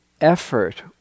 effort